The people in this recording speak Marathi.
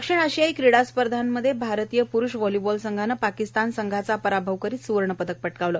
दक्षिण आशियाई क्रिडा स्पर्धांमध्ये भारतीय प्रूष व्हालिबॉल संघानं पाकिस्तान संघाचा पराभव करीत सुवर्ण पदक पटकावलं